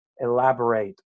elaborate